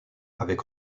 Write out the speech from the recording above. avec